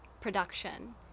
production